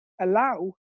allow